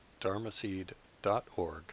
dharmaseed.org